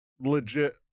legit